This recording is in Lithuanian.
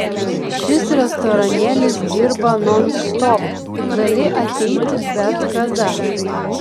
šis restoranėlis dirba nonstop gali ateiti bet kada